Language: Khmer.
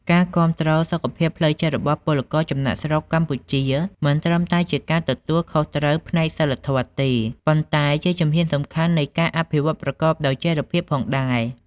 ការគាំទ្រសុខភាពផ្លូវចិត្តរបស់ពលករចំណាកស្រុកកម្ពុជាមិនត្រឹមតែជាការទទួលខុសត្រូវផ្នែកសីលធម៌ទេ ប៉ុន្តែជាជំហានសំខាន់នៃការអភិវឌ្ឍន៍ប្រកបដោយចីរភាពផងដែរ។